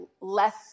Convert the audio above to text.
less